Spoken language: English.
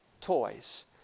toys